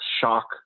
shock